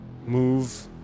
move